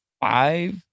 five